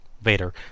Vader